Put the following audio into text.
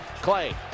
Clay